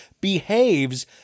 behaves